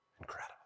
Incredible